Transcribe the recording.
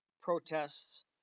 protests